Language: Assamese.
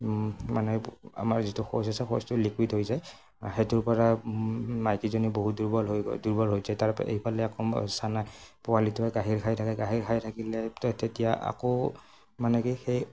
মানে আমাৰ যিটো শৌচ আছে শৌচটো লিকুইড হৈ যায় সেইটোৰ পৰা মাইকীজনী বহুত দুৰ্বল হৈ দুৰ্বল হৈ যায় তাৰ এইফালে আকৌ চানাই পোৱালিটোৱে গাখীৰ খাই থাকে গাখীৰ খাই থাকিলে তেতিয়া আকৌ মানে কি সেই